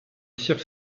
cirque